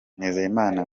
nizeyimana